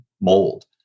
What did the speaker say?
mold